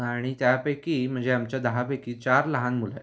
आणि त्यापैकी म्हणजे आमच्या दहापैकी चार लहान मुलं आहेत